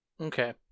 Okay